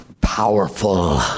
powerful